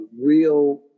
real